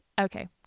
Okay